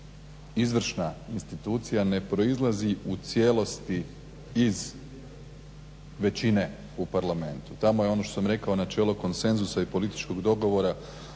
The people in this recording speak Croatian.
izvršna institucija ne proizlazi u cijelosti iz većine u parlamentu. Tamo je ono što sam rekao načelo konsenzusa i političkog dogovora